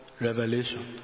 Revelation